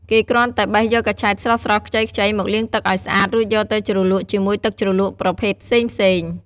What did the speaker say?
គេគ្រាន់តែបេះយកកញ្ឆែតស្រស់ៗ ខ្ចីៗ មកលាងទឹកឲ្យស្អាត រួចយកទៅជ្រលក់ជាមួយទឹកជ្រលក់ប្រភេទផ្សេងៗ។